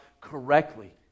correctly